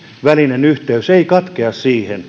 välinen yhteys ei katkea siihen